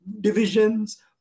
divisions